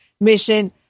mission